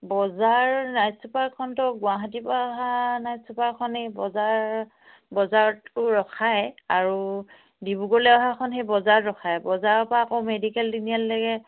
বজাৰ নাইট চুপাৰখনটো গুৱাহাটীৰপৰা অহা নাইট ছুপাৰখন এই বজাৰ বজাৰতটো ৰখায় আৰু ডিব্ৰুগড়লৈ অহাখন সেই বজাৰত ৰখায় বজাৰৰপৰা আকৌ মেডিকেল তিনিআলিলৈকে